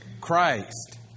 Christ